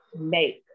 make